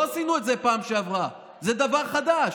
לא עשינו את זה בפעם שעברה, זה דבר חדש.